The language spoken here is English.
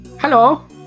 Hello